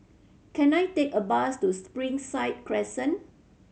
can I take a bus to Springside Crescent